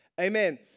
Amen